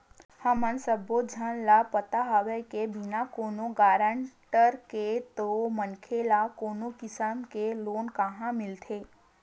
हमन सब्बो झन ल पता हवय के बिना कोनो गारंटर के तो मनखे ल कोनो किसम के लोन काँहा मिलथे